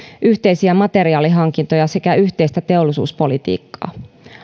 yhteisiä materiaalihankintoja sekä yhteistä teollisuuspolitiikkaa